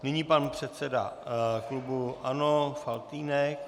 Nyní pan předseda klubu ANO Faltýnek.